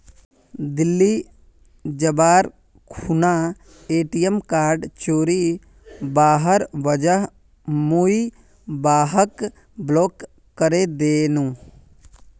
दिल्ली जबार खूना ATM card चोरी हबार वजह मुई वहाक ब्लॉक करे दिनु